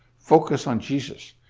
focus on jesus!